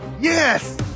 Yes